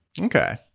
Okay